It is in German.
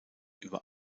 über